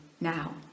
now